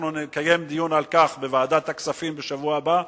אנחנו נקיים דיון על כך בוועדת הכספים בשבוע הבא,